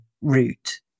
route